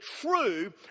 true